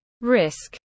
Risk